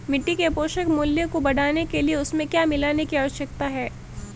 मिट्टी के पोषक मूल्य को बढ़ाने के लिए उसमें क्या मिलाने की आवश्यकता है?